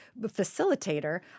facilitator